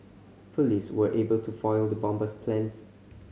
police were able to foil the bomber's plans